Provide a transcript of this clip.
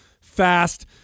fast